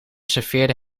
serveerde